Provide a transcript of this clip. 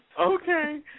Okay